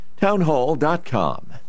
Townhall.com